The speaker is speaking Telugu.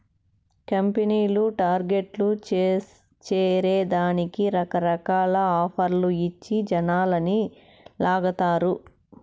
కంపెనీలు టార్గెట్లు చేరే దానికి రకరకాల ఆఫర్లు ఇచ్చి జనాలని లాగతారు